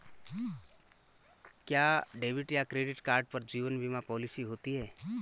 क्या डेबिट या credit card पर जीवन बीमा पॉलिसी होती है?